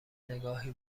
نگاهی